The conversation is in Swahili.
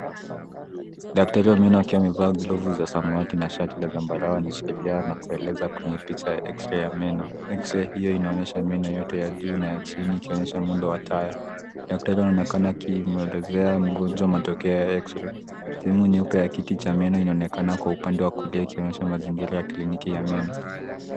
Daktari wa meno akiwa amevaa glovu za samawati na shati la zambarau anashikilia na kueleza kwenye picha ya X-ray [ cs] ya meno. X-ray hiyo inaonyesha meno yote ya juu na chini ikionyesha muundo wa taya. Daktari anaonekana akimwelezea mgonjwa matokeo ya X-ray . Sehemu nyeupe ya kiti cha meno kinaonekana upande wa kulia kinatoa mazingira ya kliniki ya meno.